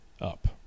up